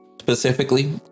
specifically